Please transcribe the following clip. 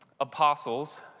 apostles